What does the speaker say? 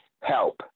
Help